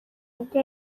ubwo